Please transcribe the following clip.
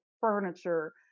furniture